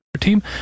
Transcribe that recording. team